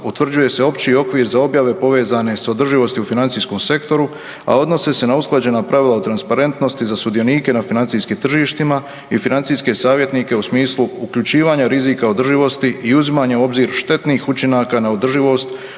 utvrđuje se opći okvir za objave povezane s održivosti u financijskom sektoru, a odnose se na usklađena pravila o transparentnosti za sudionike na financijskim tržištima i financijske savjetnike u smislu uključivanja rizika održivosti i uzimanja u obzir štetnih učinaka na održivost